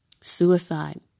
suicide